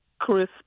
Chris